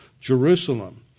Jerusalem